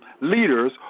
leaders